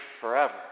forever